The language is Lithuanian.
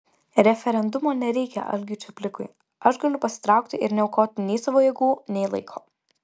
referendumo nereikia algiui čaplikui aš galiu pasitraukti ir neaukoti nei savo jėgų nei laiko